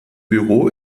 büro